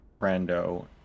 Brando